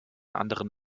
anderen